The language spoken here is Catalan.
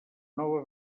nova